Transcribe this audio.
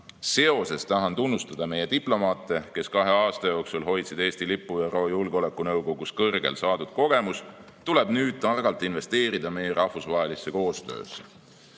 seoses tahan tunnustada meie diplomaate, kes kahe aasta jooksul hoidsid Eesti lippu ÜRO Julgeolekunõukogus kõrgel. Saadud kogemus tuleb nüüd targalt investeerida meie rahvusvahelisse koostöösse. Riigikogu